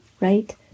right